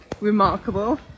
remarkable